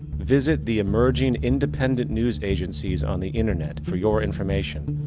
visit the emerging independent news agencies on the internet for your information.